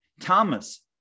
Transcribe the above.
Thomas